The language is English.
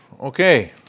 Okay